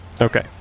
Okay